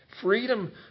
freedom